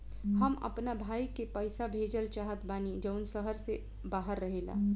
हम अपना भाई के पइसा भेजल चाहत बानी जउन शहर से बाहर रहेला